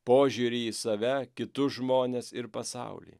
požiūrį į save kitus žmones ir pasaulį